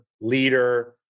leader